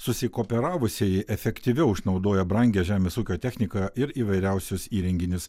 susikooperavusieji efektyviau išnaudoja brangią žemės ūkio techniką ir įvairiausius įrenginius